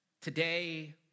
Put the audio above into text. today